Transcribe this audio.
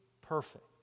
perfect